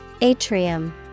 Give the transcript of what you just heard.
Atrium